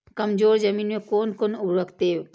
कमजोर जमीन में कोन कोन उर्वरक देब?